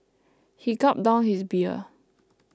he gulped down his beer